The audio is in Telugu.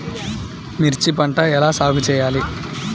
మిర్చి పంట ఎలా సాగు చేయాలి?